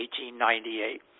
1898